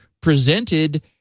presented